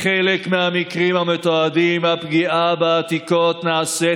בחלק מהמקרים המתועדים הפגיעה בעתיקות נעשית